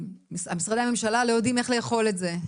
משרדי הממשלה לא יודעים איך לאכול את זה,